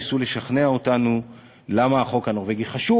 ניסו לשכנע אותנו למה החוק הנורבגי חשוב.